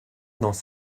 dans